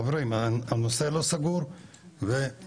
חברים הנושא לא סגור ובבקשה.